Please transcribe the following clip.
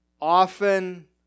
often